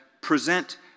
present